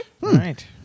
Right